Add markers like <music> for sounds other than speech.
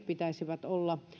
<unintelligible> pitäisi olla